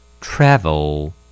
travel